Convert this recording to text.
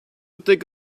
take